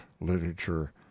literature